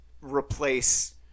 replace